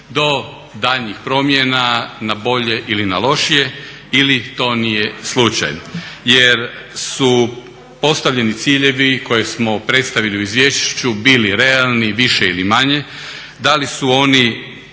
do daljnjih promjena na bolje ili lošije ili to nije slučaj jer su postavljeni ciljevi koje smo predstavili u izvješću, bili realni više ili manje,